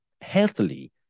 healthily